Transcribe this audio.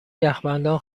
یخبندان